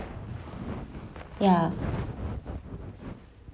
ya